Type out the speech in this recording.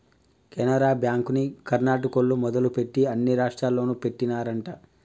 కెనరా బ్యాంకుని కర్ణాటకోల్లు మొదలుపెట్టి అన్ని రాష్టాల్లోనూ పెట్టినారంట